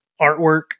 artwork